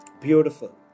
Beautiful